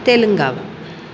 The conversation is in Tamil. தெலுங்கானா